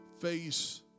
face